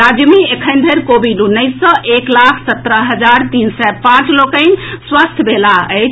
राज्य मे एखन धरि कोविड उन्नैस सँ एक लाख सत्रह हजार तीन सय पांच लोकनि स्वस्थ भेलाह अछि